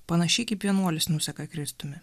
panašiai kaip vienuolis nuseka kristumi